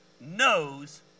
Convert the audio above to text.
knows